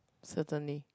certainly